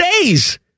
days